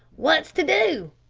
wot's to do?